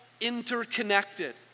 interconnected